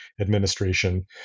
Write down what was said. administration